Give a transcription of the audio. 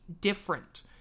different